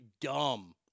dumb